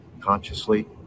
consciously